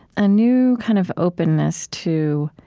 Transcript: a new kind of openness to